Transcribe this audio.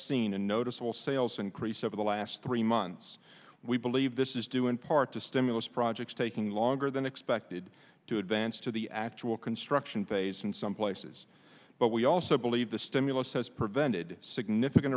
seen a noticeable sales increase over the last three months we believe this is due in part to stimulus projects taking longer than expected to advance to the actual construction phase in some places but we also believe the stimulus has prevented significant